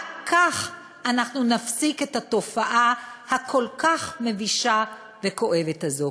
רק כך אנחנו נפסיק את התופעה הכל-כך מבישה וכואבת הזאת.